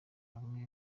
hamwe